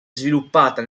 sviluppata